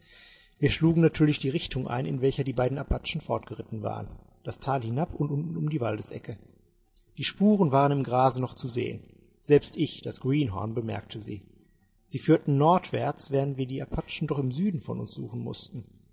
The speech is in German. wir schlugen natürlich die richtung ein in welcher die beiden apachen fortgeritten waren das tal hinab und unten um die waldesecke die spuren waren im grase noch zu sehen selbst ich das greenhorn bemerkte sie sie führten nordwärts während wir die apachen doch im süden von uns suchen mußten